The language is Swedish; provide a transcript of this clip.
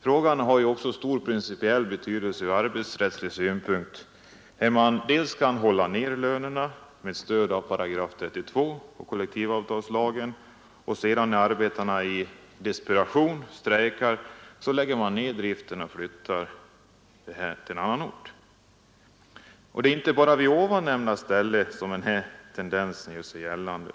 Frågan har stor principiell betydelse ur arbetsrättslig synpunkt. Skall företag kunna hålla lönerna nere med stöd av § 32 och kollektivavtalslagen och sedan, när arbetarna i desperation strejkar lägga ned driften och flytta till annan ort? Det är inte bara på det nämnda stället som den här tendensen gör sig gällande.